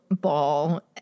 ball